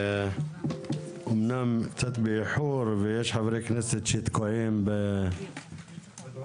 אמנם קצת באיחור ויש חברי כנסת שתקועים בפקקים.